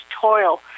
toil